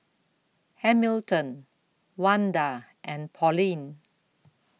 Hamilton Wanda and Pauline